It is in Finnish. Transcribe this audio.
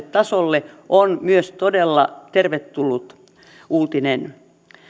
tasolle on myös todella tervetullut uutinen